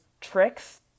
tricks